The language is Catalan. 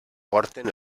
porten